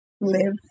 live